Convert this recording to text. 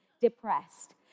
depressed